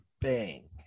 bang